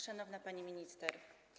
Szanowna Pani Minister!